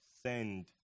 send